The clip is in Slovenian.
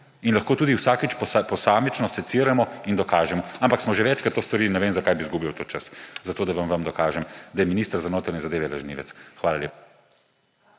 In lahko tudi vsakič posamično seciramo in dokažemo. Ampak smo že večkrat to storili in ne vem, zakaj bi izgubljal čas za to, da vam dokažem, da je minister za notranje zadeve lažnivec. Hvala lepa.